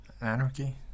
anarchy